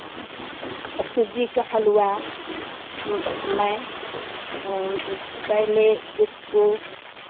आ सूजी का हलवा मैं पहले उसको